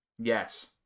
Yes